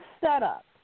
setup